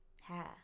Hair